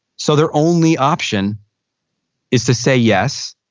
so their only option is to say yes.